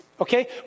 Okay